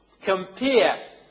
compare